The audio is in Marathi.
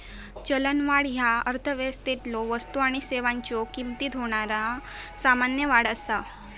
चलनवाढ ह्या अर्थव्यवस्थेतलो वस्तू आणि सेवांच्यो किमतीत होणारा सामान्य वाढ असा